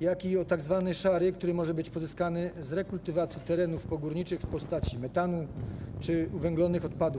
jak i o tzw. szary, który może być pozyskiwany z rekultywacji terenów pogórniczych w postaci metanu czy uwęglonych odpadów.